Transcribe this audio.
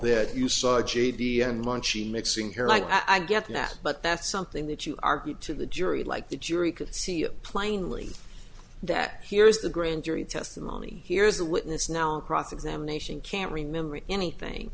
that you saw j d and munchie mixing here like i get that but that's something that you argue to the jury like the jury could see plainly that here is the grand jury testimony here's a witness now cross examination can't remember anything